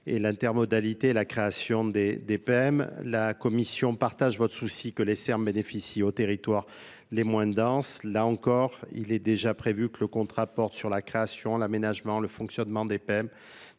et l'intermodalité et la création des des Pmes la Commission partage votre souci que les serves bénéficient aux territoires les moins denses, là les moins denses. Là encore, il est déjà prévu que le contrat porte sur la création l'aménagement le fonctionnement des